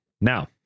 Now